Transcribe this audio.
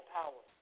power